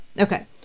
okay